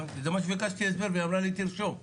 ואני אתייחס גם לדברים שתומר העיר מקודם,